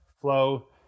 flow